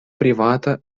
privata